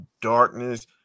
darkness